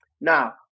now